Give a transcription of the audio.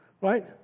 right